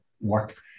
work